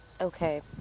Okay